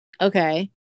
Okay